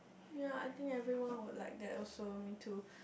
ya I think everyone would like that also me too